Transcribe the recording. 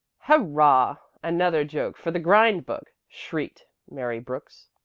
hurrah! another joke for the grind-book, shrieked mary brooks.